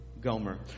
Gomer